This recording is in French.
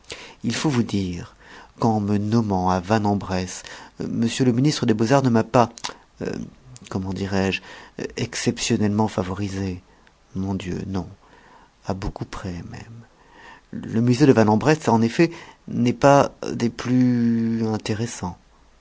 il faut vous dire qu'en me nommant à vanne en bresse m le ministre des beaux-arts ne m'a pas euh comment dirais-je exceptionnellement favorisé mon dieu non à beaucoup près même le musée de vanne en bresse en effet n'est pas des plus intéressants